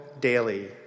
daily